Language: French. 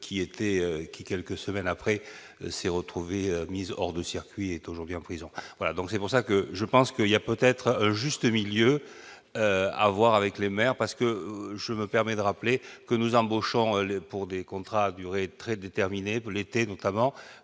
qui, quelques semaines après, s'est retrouvée mise hors de circuit est aujourd'hui en prison, voilà donc c'est pour ça que je pense que il y a peut-être un juste milieu à voir avec les maires, parce que je me permets de rappeler que nous embauchons-les pour des contrats à durée très déterminée pour l'été, notamment